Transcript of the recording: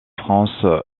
france